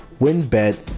WinBet